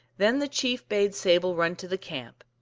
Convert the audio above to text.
then the chief bade sable run to the camp.